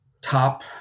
Top